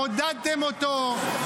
עודדתם אותו,